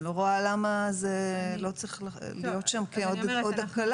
אני לא רואה למה זה לא צריך להיות שם כעוד הקלה.